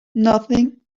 nothing